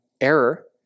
error